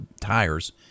tires